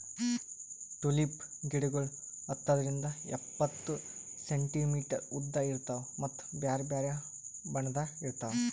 tulip ಗಿಡಗೊಳ್ ಹತ್ತರಿಂದ್ ಎಪ್ಪತ್ತು ಸೆಂಟಿಮೀಟರ್ ಉದ್ದ ಇರ್ತಾವ್ ಮತ್ತ ಬ್ಯಾರೆ ಬ್ಯಾರೆ ಬಣ್ಣದಾಗ್ ಇರ್ತಾವ್